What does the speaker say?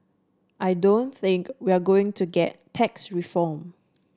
I don't think we're going to get tax reform